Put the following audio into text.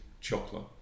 chocolate